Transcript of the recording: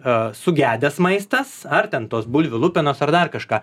a sugedęs maistas ar ten tos bulvių lupenos ar dar kažką